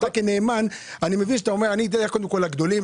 אני מבין שכנאמן אתה הולך קודם כל לגדולים.